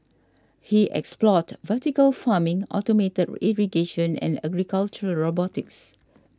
he explored vertical farming automated irrigation and agricultural robotics